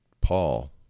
Paul